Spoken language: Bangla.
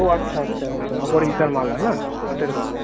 ও আচ্ছা আচ্ছা আচ্ছা অপরাজিতার মালা না হাতের বালা